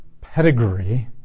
pedigree